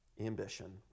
ambition